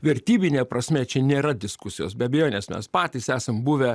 vertybine prasme čia nėra diskusijos be abejonės mes patys esam buvę